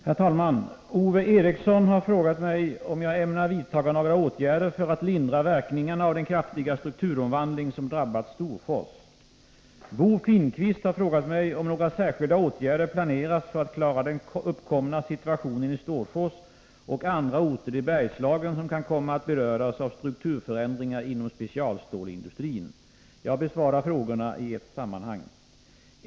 Herr talman! Ove Eriksson har frågat mig om jag ämnar vidta några åtgärder för att lindra verkningarna av den kraftiga strukturomvandling som drabbat Storfors. Bo Finnkvist har frågat mig om några särskilda åtgärder planeras för att klara den uppkomna situationen i Storfors och andra orter i Bergslagen som kan komma att beröras av strukturförändringar inom specialstålsindustrin. Jag besvarar frågorna i ett sammanhang.